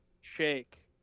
Shake